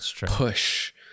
push